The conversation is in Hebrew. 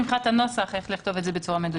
מבחינת הנוסח, איך לכתוב את זה בצורה מדויקת.